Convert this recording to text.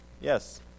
Yes